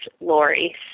Lori